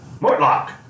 Mortlock